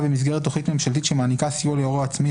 במסגרת תוכנית ממשלתית שמעניקה סיוע להורה עצמאי,